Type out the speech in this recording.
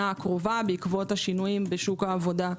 הקרובה בעקבות השינויים בשוק העבודה,